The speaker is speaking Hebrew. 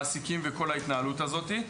מעסיקים וכל ההתנהלות הזאת.